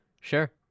Sure